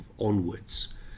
onwards